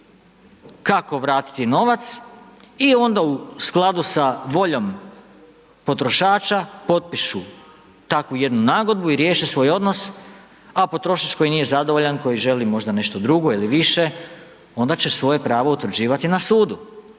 kako vratiti novac, i onda u skladu sa voljom potrošača potpisu takvu jednu nagodbu i riješe svoj odnos, a potrošač koji nije zadovoljan, koji želi možda nešto drugo ili više onda će svoje pravo utvrđivati na Sudu.